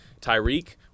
Tyreek